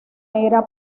era